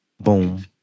Boom